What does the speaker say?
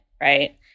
right